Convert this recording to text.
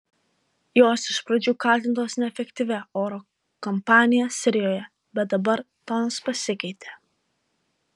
jos iš pradžių kaltintos neefektyvia oro kampanija sirijoje bet dabar tonas pasikeitė